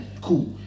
cool